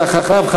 ואחריו,